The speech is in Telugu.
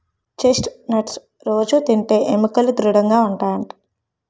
చెస్ట్ నట్స్ రొజూ తింటే ఎముకలు దృడముగా ఉంటాయట